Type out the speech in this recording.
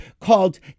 called